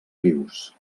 rius